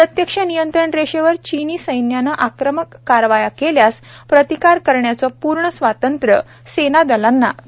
प्रत्यक्ष नियंत्रण रेषेवर चीनी सैन्याने आक्रमक कारवाया केल्यास प्रतिकार करण्याचं पूर्ण स्वातंत्र्य सेनादलांना देण्यात आलं आहे